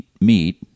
meat